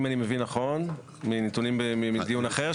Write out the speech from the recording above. אם אני מבין נכון מנתונים מדיון אחר,